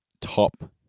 top